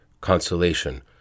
consolation